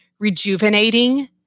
rejuvenating